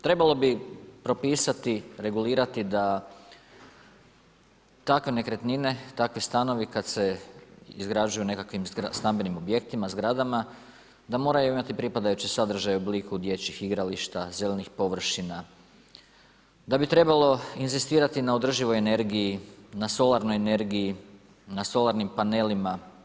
Trebalo bi propisati, regulirati, da takve nekretnine, takve stanovi, kada se izgrađuju u nekakvih stambenim objektima, zgradama, da moraju imati pripadajući sadržaj u obliku dječjih igrališta, zelenih površina, da bi trebalo inzistirati na održivoj energiji, na solarnoj energiji, na solarnim panelima.